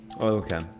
okay